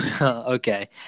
okay